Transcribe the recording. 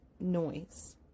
noise